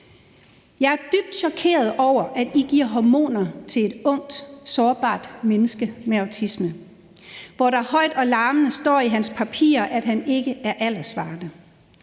Jeg er dybt chokeret over, at I giver hormoner til et ungt sårbart menneske med autisme, hvor der højt og larmende står i hans papirer, at han ikke er alderssvarende,